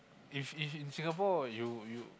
if if in Singapore you you